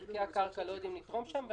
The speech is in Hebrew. כי ערכי הקרקע לא יודעים לתרום שם.